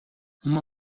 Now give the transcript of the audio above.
uma